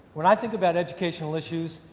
when i think about educational issues,